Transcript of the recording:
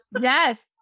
Yes